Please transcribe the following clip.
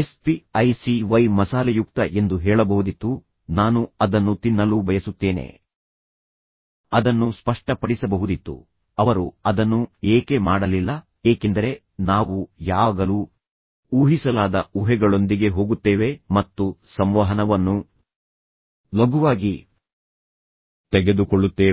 S P I C Y ಮಸಾಲೆಯುಕ್ತ ಎಂದು ಹೇಳಬಹುದಿತ್ತು ನಾನು ಅದನ್ನು ತಿನ್ನಲು ಬಯಸುತ್ತೇನೆ ಅದನ್ನು ಸ್ಪಷ್ಟಪಡಿಸಬಹುದಿತ್ತು ಅವರು ಅದನ್ನು ಏಕೆ ಮಾಡಲಿಲ್ಲ ಏಕೆಂದರೆ ನಾವು ಯಾವಾಗಲೂ ಊಹಿಸಲಾದ ಊಹೆಗಳೊಂದಿಗೆ ಹೋಗುತ್ತೇವೆ ಮತ್ತು ಸಂವಹನವನ್ನು ಲಘುವಾಗಿ ತೆಗೆದುಕೊಳ್ಳುತ್ತೇವೆ